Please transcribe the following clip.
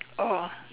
oh